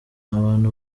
abantu